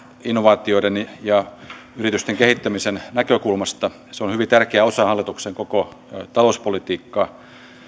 innovaatioiden ja yritysten kehittämisen näkökulmasta se on hyvin tärkeä osa hallituksen koko talouspolitiikkaa